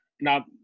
Now